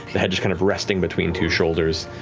the head just kind of resting between two shoulders.